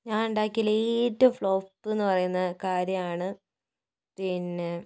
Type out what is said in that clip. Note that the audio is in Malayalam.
ഞാൻ ഉണ്ടാക്കിയതിൽ ഏറ്റവും ഫ്ലോപ്പ് എന്ന് പറയുന്ന കാര്യമാണ് പിന്നെ